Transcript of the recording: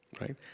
Right